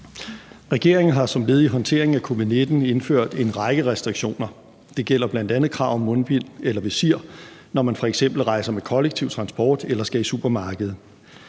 Regeringen har som led i håndteringen af covid-19 indført en række restriktioner. Det gælder bl.a. krav om mundbind eller visir, når man f.eks. rejser med kollektiv transport eller skal i supermarkedet.